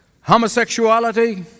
homosexuality